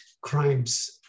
Crimes